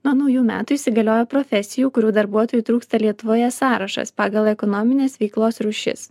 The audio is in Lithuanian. nuo naujų metų įsigalioja profesijų kurių darbuotojų trūksta lietuvoje sąrašas pagal ekonominės veiklos rūšis